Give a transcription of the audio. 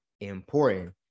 important